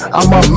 I'ma